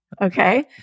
Okay